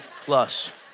plus